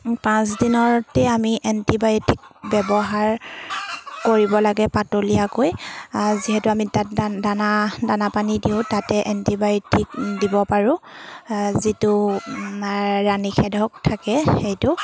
পাঁচদিনতে আমি এণ্টিবায়'টিক ব্যৱহাৰ কৰিব লাগে পাতলীয়াকৈ যিহেতু আমি তাত দানা দানা পানী দিওঁ তাতে এণ্টিবায়'টিক দিব পাৰোঁ যিটো ৰা নিষেধক থাকে সেইটো